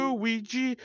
Luigi